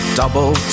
double